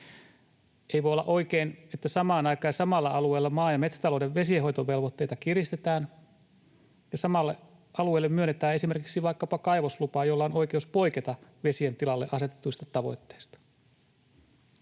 Ei voi olla oikein, että samaan aikaan ja samalla alueella maa- ja metsätalouden vesienhoitovelvoitteita kiristetään ja samalle alueelle myönnetään esimerkiksi vaikkapa kaivoslupa, jolla on oikeus poiketa vesien tilalle asetetuista tavoitteista.